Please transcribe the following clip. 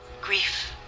grief